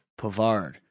Pavard